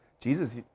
Jesus